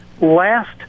last